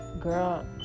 girl